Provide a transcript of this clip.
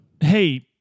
Hey